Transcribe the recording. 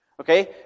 Okay